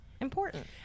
important